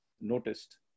noticed